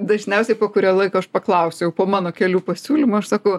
dažniausiai po kurio laiko aš paklausiau po mano kelių pasiūlymų aš sakau